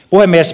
puhemies